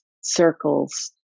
circles